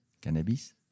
Cannabis